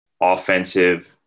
offensive